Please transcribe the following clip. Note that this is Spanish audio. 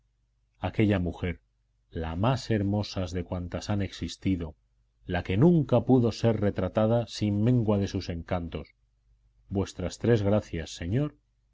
aquella mujer la más hermosa de cuantas han existido la que nunca pudo ser retratada sin mengua de sus encantos vuestras tres gracias señor